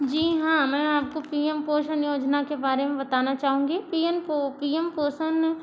जी हाँ मैं आप को पी एम पोषण योजना के बारे बताना चाहूँगी पी एम पो पी एम पोषण